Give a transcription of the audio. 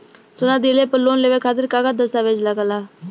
सोना दिहले पर लोन लेवे खातिर का का दस्तावेज लागा ता?